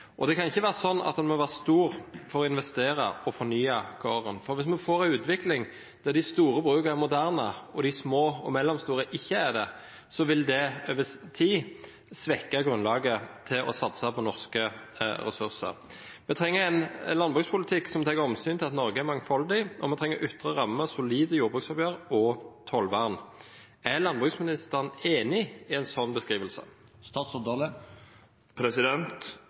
Det kan ikke være slik at en må være stor for å investere og fornye gården, for hvis vi får en utvikling der de store brukene er moderne, og de små og mellomstore ikke er det, vil det over tid svekke grunnlaget for å satse på norske ressurser. Vi trenger en landbrukspolitikk som tar hensyn til at Norge er mangfoldig, og vi trenger ytre rammer, solide jordbruksoppgjør og tollvern. Er landbruksministeren enig i en slik beskrivelse?